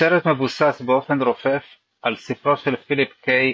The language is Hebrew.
הסרט מבוסס באופן רופף על ספרו של פיליפ ק.